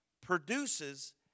produces